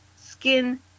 skin